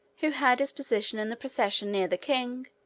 who had his position in the procession near the king,